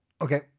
Okay